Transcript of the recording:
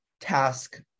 task